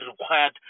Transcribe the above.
required